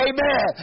Amen